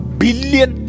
billion